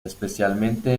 especialmente